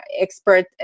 expert